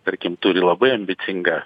tarkim turi labai ambicingą